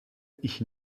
ich